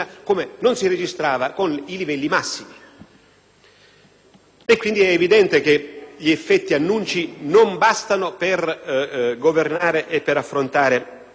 È quindi evidente che l'effetto annuncio non basta per governare e per affrontare questi problemi.